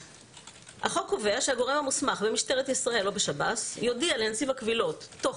החוק קובע שהגורם המוסמך במשטרת ישראל או בשב"ס יודיע לנציב הקבילות תוך